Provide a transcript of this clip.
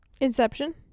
Inception